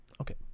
okay